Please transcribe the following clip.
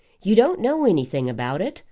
you don't know anything about it.